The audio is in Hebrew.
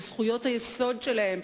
שזכויות היסוד שלהם,